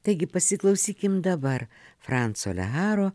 taigi pasiklausykime dabar franco leharo